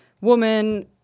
woman